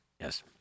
Yes